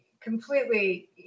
completely